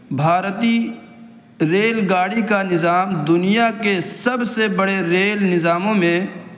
بھارتی ریل گاڑی کا نظام دنیا کے سب سے بڑے ریل نظاموں میں